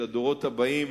של הדורות הבאים,